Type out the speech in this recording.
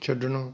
ਛੱਡਣਾ